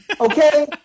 Okay